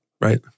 Right